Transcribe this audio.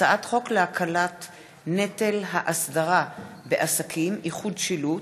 הצעת חוק להקלת נטל האסדרה בעסקים (איחוד שילוט),